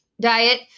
diet